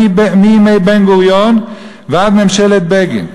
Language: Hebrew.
מימי בן-גוריון ועד ממשלת בגין,